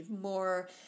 more